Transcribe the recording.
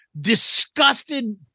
disgusted